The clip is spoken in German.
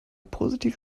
positiv